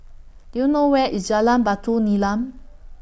Do YOU know Where IS Jalan Batu Nilam